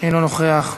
אינו נוכח.